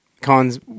cons